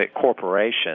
corporation